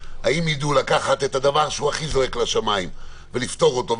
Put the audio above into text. האם יידעו לקחת את הדבר שהכי זועק לשמיים ולפתור אותו,